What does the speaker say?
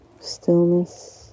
stillness